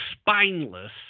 spineless